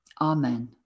Amen